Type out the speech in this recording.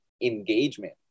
engagement